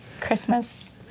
Christmas